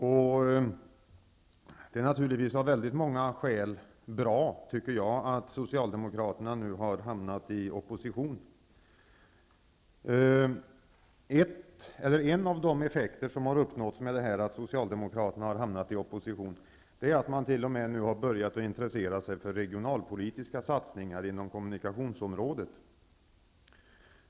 Och det är av många skäl bra, tycker jag, att Socialdemokraterna nu har hamnat i opposition. En av de effekter som har uppnåtts genom att Socialdemokraterna har hamnat i opposition är att de nu t.o.m. har börjat intressera sig för regionalpolitiska satsningar inom kommunikationsområdet.